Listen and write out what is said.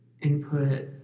input